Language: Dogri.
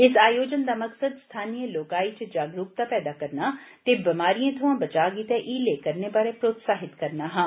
इस आयोजन दा मकसद स्थानीय लोकाई च जागरूकता पैदा करना ते बमारिए थमां बचाह लेई हीले करने बारे प्रोत्साहित करना हा